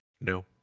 No